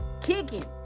kicking